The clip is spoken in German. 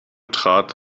trat